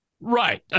Right